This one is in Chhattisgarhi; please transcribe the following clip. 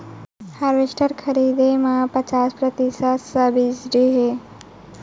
हारवेस्टर खरीदे म कतना सब्सिडी हे?